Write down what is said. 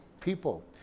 people